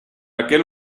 aquel